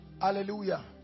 Hallelujah